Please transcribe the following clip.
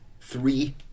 three